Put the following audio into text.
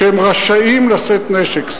שהם רשאים לשאת נשק.